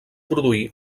produir